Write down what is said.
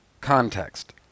context